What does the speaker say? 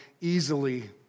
easily